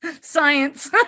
Science